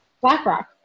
BlackRock